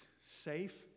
safe